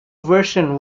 version